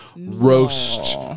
roast